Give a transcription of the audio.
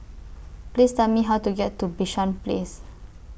Please Tell Me How to get to Bishan Place